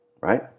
right